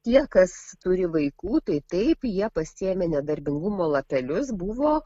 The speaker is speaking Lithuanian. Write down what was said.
tie kas turi vaikų tai taip jie pasiėmė nedarbingumo lapelius buvo